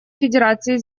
федерации